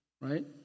right